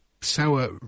sour